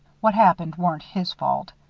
what happened weren't his fault.